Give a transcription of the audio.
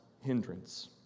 hindrance